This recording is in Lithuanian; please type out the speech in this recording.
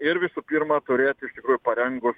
ir visų pirma turėti parengus